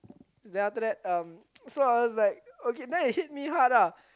then after that um so I was like then it hit me hard ah